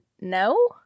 no